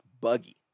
buggy